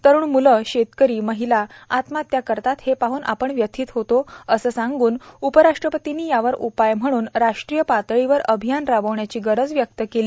तरुण म्लं शेतकरी महिला आत्महत्या करतात हे पाह्न आपण व्यथित होतो असं सांगून उपराष्ट्रपतींनी यावर उपाय म्हणून राष्ट्रीय पातळीवर अभियान राबवण्याची गरज व्यक्त केली